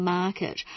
market